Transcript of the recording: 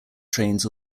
trains